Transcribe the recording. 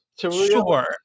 Sure